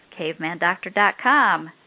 cavemandoctor.com